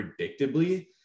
predictably